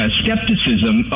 skepticism